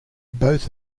both